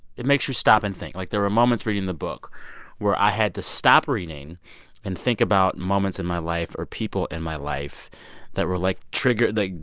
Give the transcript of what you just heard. it makes you stop and think. like, there were moments reading the book where i had to stop reading and think about moments in my life or people in my life that were, like, trigger like,